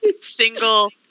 Single